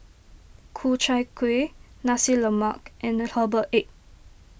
Ku Chai Kueh Nasi Lemak and Herbal Egg